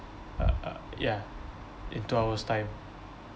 uh uh ya in two hours' time